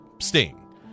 Sting